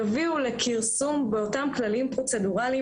יביאו לכרסום באותם כללים פרוצדורליים